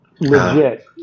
legit